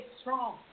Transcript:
strong